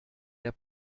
der